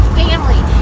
family